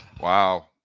Wow